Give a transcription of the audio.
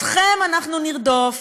אתכם אנחנו נרדוף.